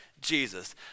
Jesus